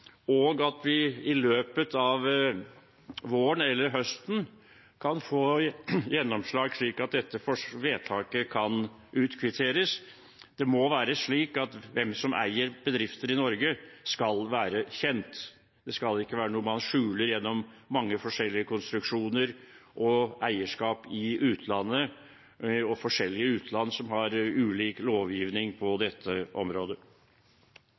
og at vi i løpet av våren eller høsten kan få gjennomslag, slik at dette vedtaket kan utkvitteres. Det må være slik at hvem som eier bedrifter i Norge, skal være kjent. Det skal ikke være noe man skjuler gjennom mange forskjellige konstruksjoner og eierskap i utlandet, i forskjellige utland som har ulik lovgivning på dette området.